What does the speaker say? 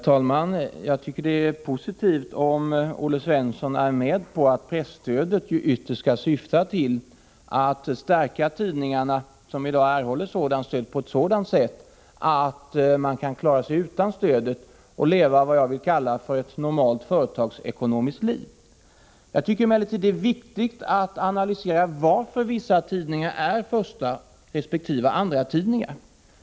Herr talman! Det är positivt om Olle Svensson är med på att presstödet ytterst skall syfta till att stärka de tidningar som i dag erhåller stöd på ett sådant sätt att de kan klara sig utan stödet och leva vad jag vill kalla ett normalt företagsekonomiskt liv. Jag tycker emellertid att det är viktigt att analysera varför vissa tidningar är förstaresp. andratidningar.